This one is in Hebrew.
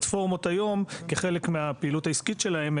כחלק מהפעילות העסקית שלהן,